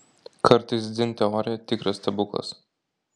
kartais dzin teorija tikras stebuklas